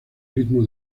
ritmo